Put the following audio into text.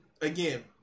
Again